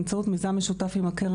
שאנחנו מתייחסים למגוון תחומים שקשורים